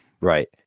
right